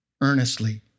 Earnestly